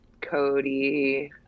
cody